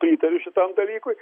pritariu šitam dalykui